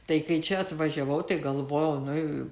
tai kai čia atvažiavau tai galvojau nu